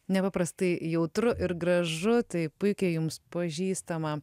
nepaprastai jautru ir gražu tai puikiai jums pažįstama